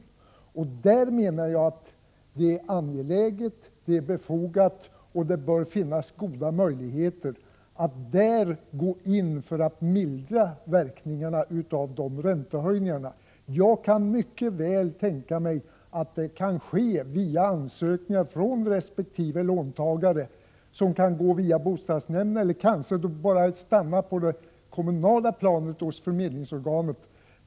I detta läge menar jag att det är befogat och angeläget — och att det bör finnas goda möjligheter — att gå in och mildra verkningarna av räntehöjningarna. Jag kan mycket väl tänka mig att det kan ske genom att resp. låntagare lämnar in en ansökan som kan gå via bostadsnämnden eller kanske stanna på det kommunala planet hos förmedlingsorganet.